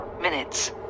minutes